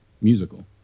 musical